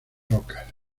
rocas